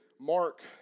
Mark